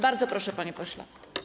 Bardzo proszę, panie pośle.